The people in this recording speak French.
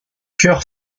cœurs